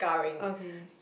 okay